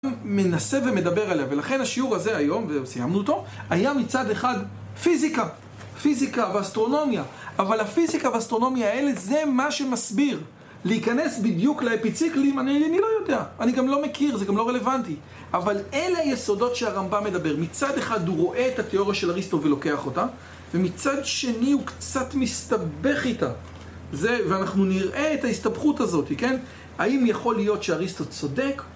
הוא מנסה ומדבר עליה, ולכן השיעור הזה היום, וסיימנו אותו, היה מצד אחד פיזיקה, פיזיקה ואסטרונומיה, אבל הפיזיקה והאסטרונומיה האלה, זה מה שמסביר להיכנס בדיוק לאפיציקלים, אני לא יודע, אני גם לא מכיר, זה גם לא רלוונטי, אבל אלה יסודות שהרמב״ם מדבר, מצד אחד, הוא רואה את התיאוריה של אריסטו ולוקח אותה, ומצד שני הוא קצת מסתבך איתה, זה, ואנחנו נראה את ההסתבכות הזאת, כן? האם יכול להיות שאריסטו צודק?